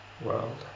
world